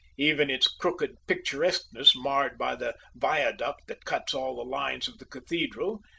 even its crooked picturesqueness marred by the viaduct that cuts all the lines of the cathedral,